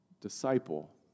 Disciple